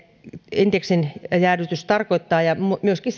indeksin jäädytys tarkoittaa ja myöskin